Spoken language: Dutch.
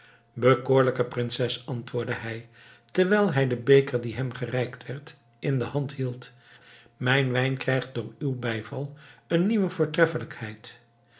bekoorlijke prinses antwoordde hij terwijl hij den beker die hem gereikt werd in de hand hield mijn wijn krijgt door uw bijval een nieuwe